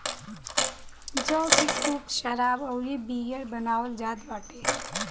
जौ से खूब शराब अउरी बियर बनावल जात बाटे